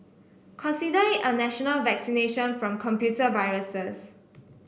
consider it a national vaccination from computer viruses